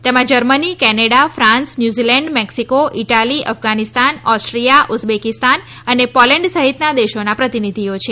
તેમાં Germany Canada France New Zealand Mexico Italy Afghanistan Austria Uzbekistan અને Poland સહિતના દેશોના પ્રતિનિધિઓ છે